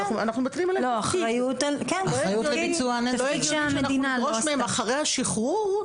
זה לא הגיוני שנדרוש מהם אחרי השחרור,